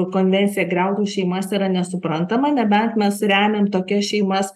konvencija griautų šeimas yra nesuprantama nebent mes remiam tokias šeimas